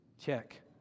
Check